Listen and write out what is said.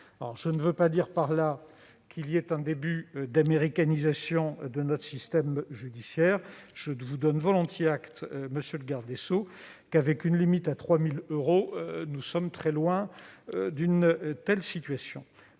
Je ne veux pas dire par là que nous assistons à un début d'américanisation de notre système judiciaire. Je vous donne volontiers acte, monsieur le garde des sceaux, qu'avec une limite à 3 000 euros, nous sommes très loin d'une telle situation.